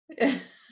Yes